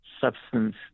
substance